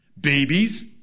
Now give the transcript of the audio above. Babies